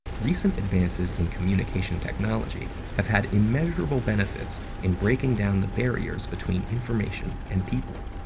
recent advances in communication technology have had immeasurable benefits in breaking down the barriers between information and people.